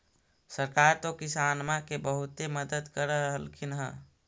सरकार तो किसानमा के बहुते मदद कर रहल्खिन ह?